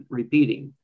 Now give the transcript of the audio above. repeating